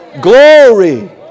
Glory